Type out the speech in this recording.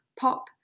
pop